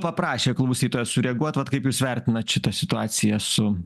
paprašė klausytoja sureaguot vat kaip jūs vertinat šitą situaciją su